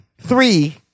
three